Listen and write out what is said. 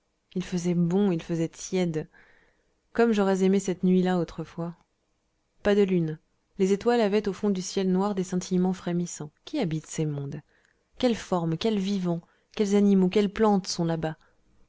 il faisait bon il faisait tiède comme j'aurais aimé cette nuit-là autrefois pas de lune les étoiles avaient au fond du ciel noir des scintillements frémissants qui habite ces mondes quelles formes quels vivants quels animaux quelles plantes sont là-bas